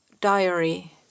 diary